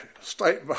state